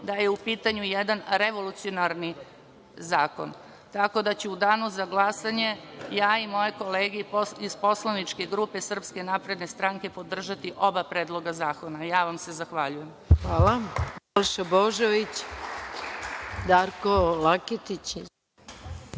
da je u pitanju jedan revolucionarni zakon.U Danu za glasanje ću ja i moje kolege iz Poslaničke grupe Srpske napredne stranke podržati oba predloga zakona. Zahvaljujem se.